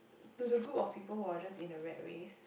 to the group of people who are just in a rat race